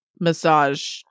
massage